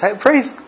Praise